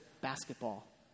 basketball